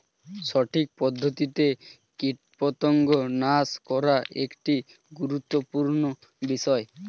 সঠিক পদ্ধতিতে কীটপতঙ্গ নাশ করা একটি গুরুত্বপূর্ণ বিষয়